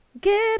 Get